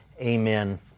Amen